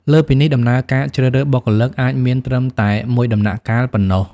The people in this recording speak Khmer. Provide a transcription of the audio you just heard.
លើសពីនេះ ដំណើរការជ្រើសរើសបុគ្គលិកអាចមានត្រឹមតែមួយដំណាក់កាលប៉ុណ្ណោះ។